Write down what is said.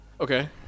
Okay